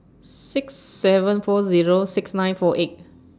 six seven four Zero six nine four eight